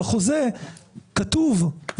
בחוזה כתוב,